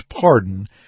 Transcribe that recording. pardon